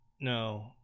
no